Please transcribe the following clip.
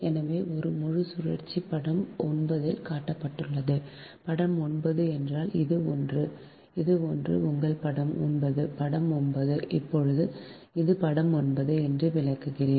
எனவே ஒரு முழு சுழற்சி படம் 9 இல் காட்டப்பட்டுள்ளது படம் 9 என்றால் இது ஒன்று இது இது உங்கள் படம் 9 படம் 9 இப்போது இது படம் 9 என்று விளக்கினேன்